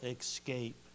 escape